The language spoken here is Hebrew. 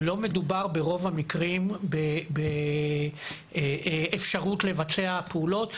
ברוב המקרים לא מדובר באפשרות לבצע פעולות,